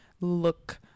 look